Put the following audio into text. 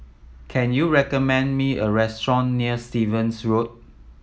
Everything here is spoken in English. can you recommend me a restaurant near Stevens Road